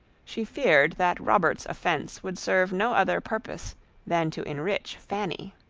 she feared that robert's offence would serve no other purpose than to enrich fanny.